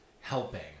helping